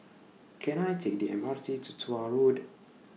Can I Take The M R T to Tuah Road